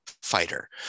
Fighter